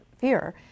fear